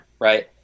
right